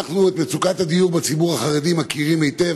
אנחנו את מצוקת הדיור בציבור החרדי מכירים היטב,